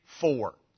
four